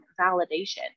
validation